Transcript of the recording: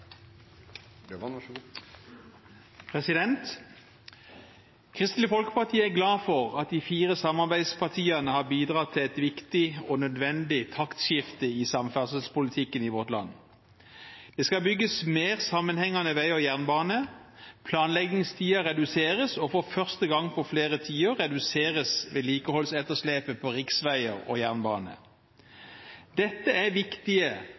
glad for at de fire samarbeidspartiene har bidratt til et viktig og nødvendig taktskifte i samferdselspolitikken i vårt land. Det skal bygges mer sammenhengende vei og jernbane, planleggingstiden reduseres, og for første gang på flere tiår reduseres vedlikeholdsetterslepet på riksveier og jernbane. Dette er viktige